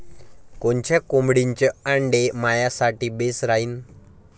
कोनच्या कोंबडीचं आंडे मायासाठी बेस राहीन?